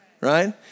right